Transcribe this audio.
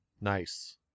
Nice